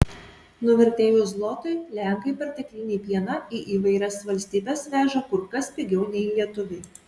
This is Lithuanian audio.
nuvertėjus zlotui lenkai perteklinį pieną į įvairias valstybes veža kur kas pigiau nei lietuviai